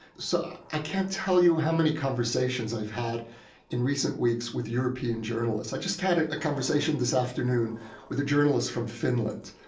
so i can't tell you how many conversations i've had in recent weeks with european journalists. i just had a conversation this afternoon with a journalist from finland,